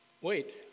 wait